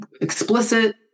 explicit